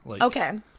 Okay